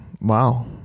Wow